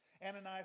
Ananias